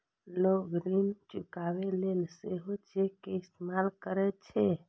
लोग ऋण चुकाबै लेल सेहो चेक के इस्तेमाल करै छै